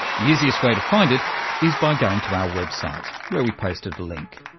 the easiest way to find it is by going to our website, where we've posted a link.